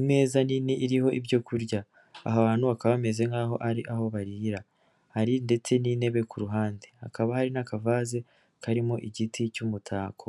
imeza nini iriho ibyo kurya, aha hantu bakaba bameze nk'aho ari aho barira, hari ndetse n'intebe ku ruhande, hakaba hari n'akavaze karimo igiti cy'umutako.